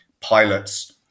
pilots